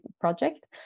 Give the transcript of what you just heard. project